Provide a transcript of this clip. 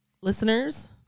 listeners